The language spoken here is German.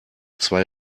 zwei